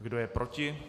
Kdo je proti?